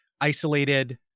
isolated